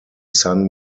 sun